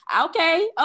Okay